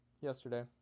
yesterday